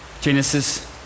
Genesis